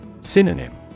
Synonym